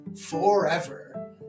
forever